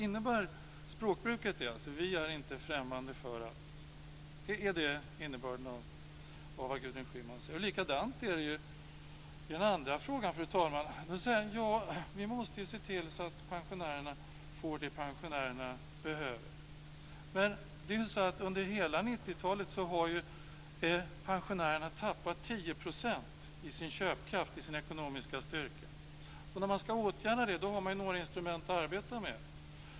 Innebär språkbruket "vi är inte främmande för" detta? Är det innebörden av vad Gudrun Schyman säger? Likadant är det i den andra frågan, fru talman. Där säger hon: Vi måste se till att pensionärerna får det pensionärerna behöver. Under hela 90-talet har pensionärerna tappat 10 % i köpkraft och ekonomisk styrka. När man ska åtgärda det har man olika instrument att arbeta med.